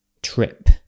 Trip